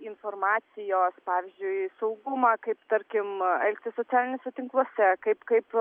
informacijos pavyzdžiui saugumą kaip tarkim elgtis socialiniuose tinkluose kaip kaip